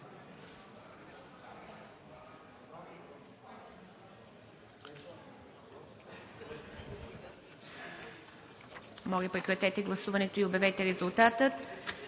Моля, прекратете гласуването и обявете резултата.